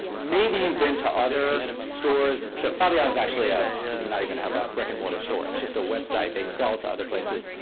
maybe you've been to other stores so faviana actually ah does not even have a brick-and-mortar store. it's just a website. they sell to other places.